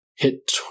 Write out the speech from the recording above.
hit